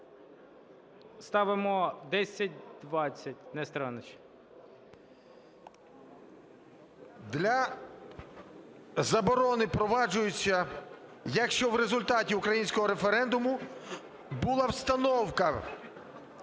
ШУФРИЧ Н.І. Для заборони впроваджуються, якщо в результаті українського референдуму була установка